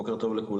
בוקר טוב לכולם.